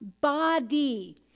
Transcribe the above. body